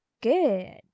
good